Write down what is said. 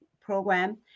program